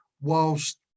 whilst